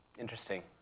Interesting